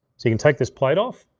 so you can take this plate off,